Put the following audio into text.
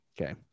Okay